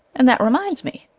and that reminds me.